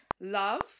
love